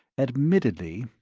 admittedly,